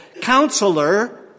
Counselor